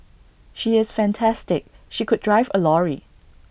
she is fantastic she could drive A lorry